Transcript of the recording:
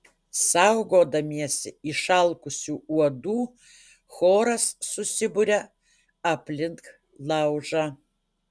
saugodamiesi išalkusių uodų choras susiburia aplink laužą